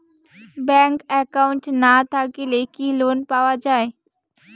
Bank account না থাকিলে কি লোন পাওয়া য়ায়?